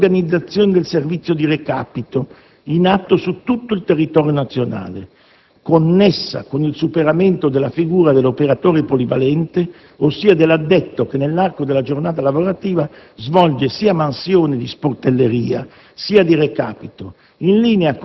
è la riorganizzazione del servizio di recapito in atto su tutto il territorio nazionale, connessa con il superamento della figura dell'operatore polivalente, ossia dell'addetto che nell'arco della giornata lavorativa svolge sia mansioni di sportelleria sia di recapito,